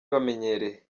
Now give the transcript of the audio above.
bamenyereye